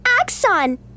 Axon